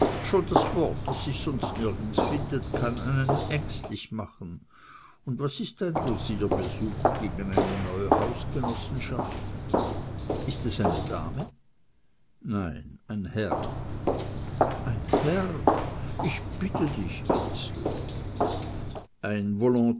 schon das wort das sich sonst nirgends findet kann einen ängstlich machen und was ist ein logierbesuch gegen eine neue hausgenossenschaft ist es eine dame nein ein herr ein herr ich bitte dich ezel ein